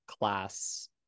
class